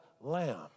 lamb